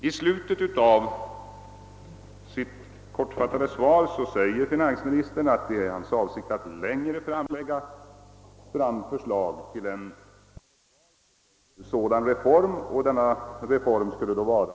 I slutet av sitt kortfattade svar sade finansministern att det är hans avsikt att längre fram komma med förslag till en reform som berör skattepolitiken i större sammanhang.